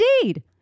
Indeed